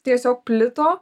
tiesiog plito